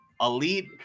elite